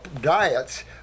diets